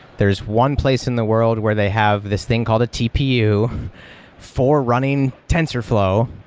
there is one place in the world where they have this thing called a tpu for running tensorflow.